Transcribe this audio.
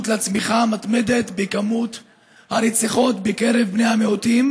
לצמיחה המתמדת במספר הרציחות בקרב בני המיעוטים.